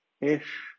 ish